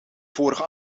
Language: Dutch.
vorige